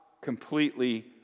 completely